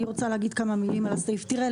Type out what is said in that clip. אני רוצה להגיד כמה מילים על הסעיף: תראה,